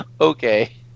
okay